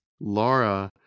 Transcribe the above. Laura